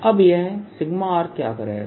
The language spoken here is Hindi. अब यह क्या करेगा